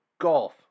golf